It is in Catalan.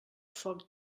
foc